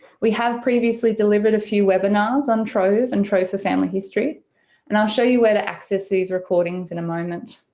we have previously delivered a few webinars on trove and trove for family history and i'll show you where to access these recordings in a